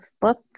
book